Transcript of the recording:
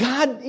God